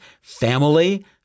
family